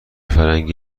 فرنگی